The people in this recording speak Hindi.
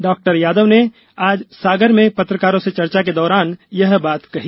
डॉ यादव ने आज पत्रकारों से चर्चा के दौरान यह बात कही